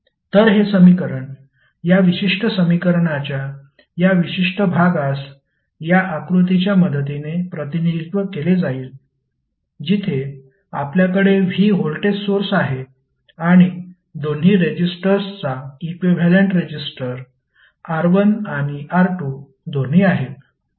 तर हे समीकरण या विशिष्ट समीकरणाच्या या विशिष्ट भागास या आकृतीच्या मदतीने प्रतिनिधित्व केले जाईल जिथे आपल्याकडे v व्होल्टेज सोर्स आहे आणि दोन्ही रेजिस्टर्सचा इक्विव्हॅलेंट रेजिस्टर R1 आणि R2 दोन्ही आहेत